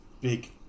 big